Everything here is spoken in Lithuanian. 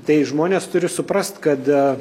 tai žmonės turi suprast kad